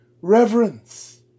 reverence